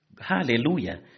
Hallelujah